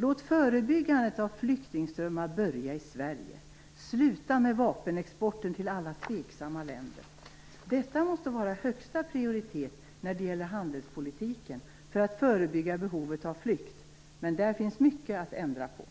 Låt förebyggandet av flyktingströmmar börja i Sverige! Sluta med vapenexporten till alla tveksamma länder! Detta måste ha högsta prioritet när det gäller handelspolitiken för att förebygga behovet av flykt, men där finns mycket annat att ändra på.